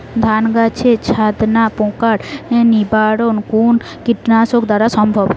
ধান গাছের ছাতনা পোকার নিবারণ কোন কীটনাশক দ্বারা সম্ভব?